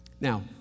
Now